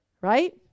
right